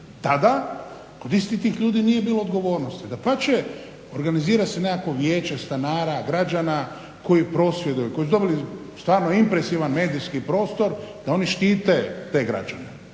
Tada kod istih tih ljudi nije bilo odgovornosti. Dapače, organizira se nekakvo Vijeće stanara, građana koji prosvjeduju, koji su dobili stvarno impresivan medijski prostor da oni štite te građane.